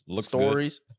stories